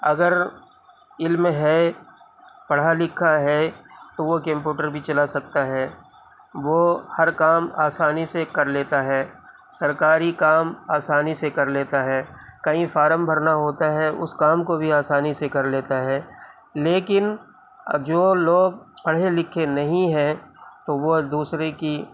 اگر علم ہے پڑھا لکھا ہے تو وہ کمپوٹر بھی چلا سکتا ہے وہ ہر کام آسانی سے کر لیتا ہے سرکاری کام آسانی سے کر لیتا ہے کہیں فارم بھرنا ہوتا ہے اس کام کو بھی آسانی سے کر لیتا ہے لیکن اب جو لوگ پڑھے لکھے نہیں ہیں تو وہ دوسرے کی